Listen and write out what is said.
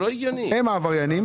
הם העבריינים.